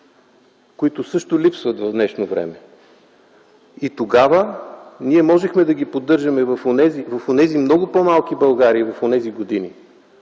които също липсват в днешно време)? Тогава ние можехме да ги поддържаме в онези много по-малки Българии - в онези години,